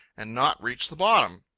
and not reach the bottom.